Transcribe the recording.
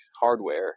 hardware